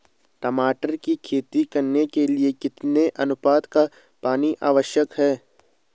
टमाटर की खेती करने के लिए कितने अनुपात का पानी आवश्यक है?